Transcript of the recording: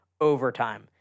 overtime